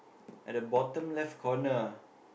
at the bottom left corner